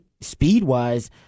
Speed-wise